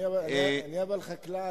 אבל אני חקלאי.